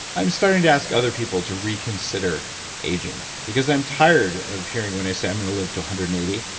i'm starting to ask other people to reconsider aging because i'm tired of hearing when i say i'm gonna live to one hundred and eighty,